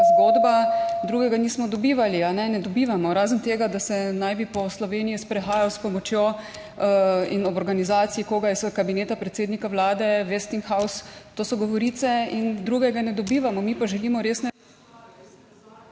zgodba, drugega nismo dobivali, ne dobivamo. Razen tega, da se naj bi po Sloveniji sprehajal s pomočjo in ob organizaciji koga iz Kabineta predsednika vlade Westinghouse. To so govorice in drugega ne dobivamo. / izklop mikrofona/.